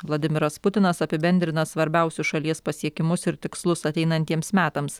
vladimiras putinas apibendrina svarbiausius šalies pasiekimus ir tikslus ateinantiems metams